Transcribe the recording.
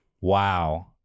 Wow